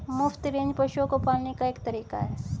मुफ्त रेंज पशुओं को पालने का एक तरीका है